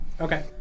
Okay